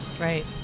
right